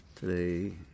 today